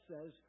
says